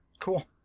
Cool